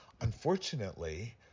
unfortunately